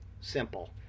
Simple